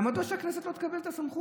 מדוע שהכנסת לא תקבל את הסמכות?